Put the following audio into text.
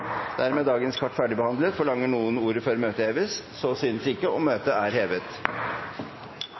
Dermed er dagens kart ferdigbehandlet. Forlanger noen ordet før møtet heves? – Så synes ikke.